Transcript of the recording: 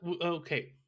okay